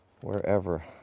Wherever